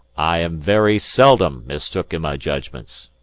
i am very seldom mistook in my jedgments.